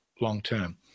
long-term